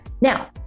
Now